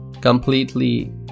completely